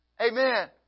amen